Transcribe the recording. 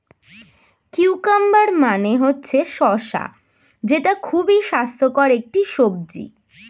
cucumber মানে হচ্ছে শসা যেটা খুবই স্বাস্থ্যকর একটি সবজি